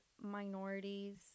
minorities